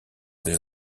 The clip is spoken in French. des